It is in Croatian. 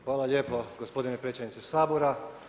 Hvala lijepa gospodine predsjedniče Sabora.